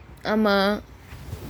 uh